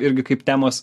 irgi kaip temos